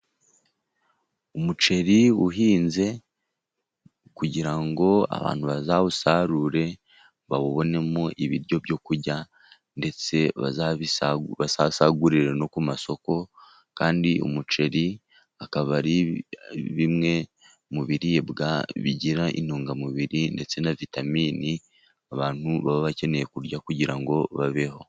Umuceri uhinze kugira ngo abantu bazawusarure bawubonemo ibiryo byo kurya, ndetse bazasagurira no ku masoko, kandi umuceri akaba ari bimwe mu biribwa bigira intungamubiri ndetse na vitamini abantu baba bakeneye kurya kugira ngo babeho.